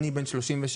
אני בן 33,